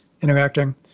interacting